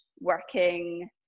working